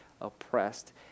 oppressed